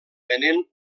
venent